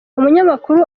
umunyamakuru